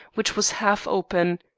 which was half open.